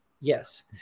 Yes